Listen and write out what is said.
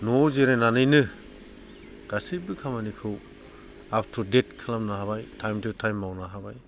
न'आव जिरायनानैनो गासैबो खामानिखौ आपटुडेट खालामनो हाबाय टाइम टु टाइम मावनो हाबाय